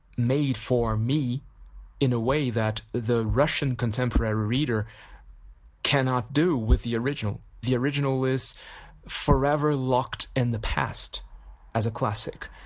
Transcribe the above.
made for me in a way that the russian contemporary reader cannot do with the original. the original is forever locked in the past as a classic.